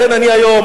לכן אני היום,